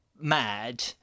mad